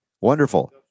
Wonderful